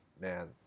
man